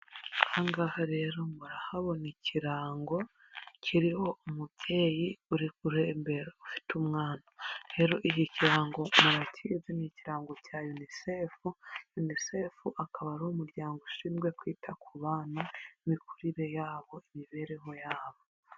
Ahangaha rero murahabona ikirango, kiriho umubyeyi uri kurembera ufite umwana. Rero iki kirango mukize ni ikirango cya UNICEF, UNICEF akaba ari umuryango ushinzwe kwita ku bana, imikurire yabo, imibereho yabo.